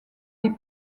des